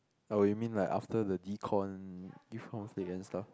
oh you mean like after the decon~ stuff